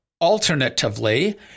alternatively